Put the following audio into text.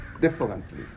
differently